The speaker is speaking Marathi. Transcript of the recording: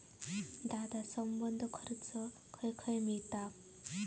दादा, संबंद्ध कर्ज खंय खंय मिळता